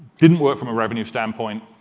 didn't work from revenue standpoint.